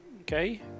Okay